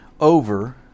over